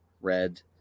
Red